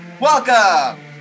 Welcome